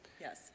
Yes